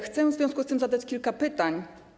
Chcę w związku z tym zadać kilka pytań.